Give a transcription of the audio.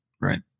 Right